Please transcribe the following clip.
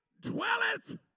dwelleth